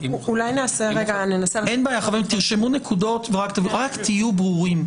תרשמו נקודות ותהיו ברורים.